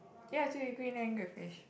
yeah I told you green and grey fish